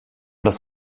das